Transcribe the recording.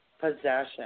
Possession